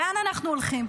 לאן אנחנו הולכים?